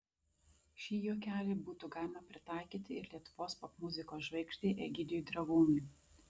šį juokelį būtų galima pritaikyti ir lietuvos popmuzikos žvaigždei egidijui dragūnui